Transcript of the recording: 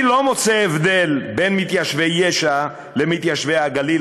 אני לא מוצא הבדל בין מתיישבי יש"ע למתיישבי הגליל,